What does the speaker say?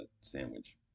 sandwich